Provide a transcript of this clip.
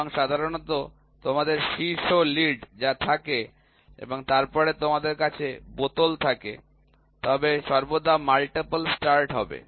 এবং সাধারণত তোমাদের শীর্ষ লিড যা থাকে এবং তারপর তোমাদের কাছে বোতল থাকে তাদের সর্বদা মাল্টিপল স্টার্ট হবে